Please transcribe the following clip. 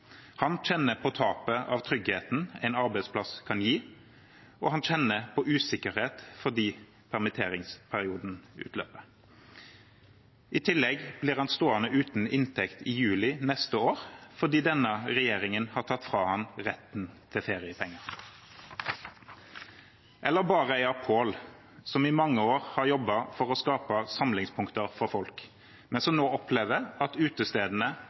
Han kjenner på tapet av tryggheten en arbeidsplass kan gi, og han kjenner på usikkerhet fordi permitteringsperioden utløper. I tillegg blir han stående uten inntekt i juli neste år, fordi denne regjeringen har tatt fra ham retten til feriepenger. Eller bareieren Pål, som i mange år har jobbet for å skape samlingspunkter for folk, men som nå opplever at utestedene